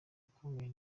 ukomeye